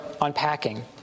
unpacking